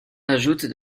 ajoute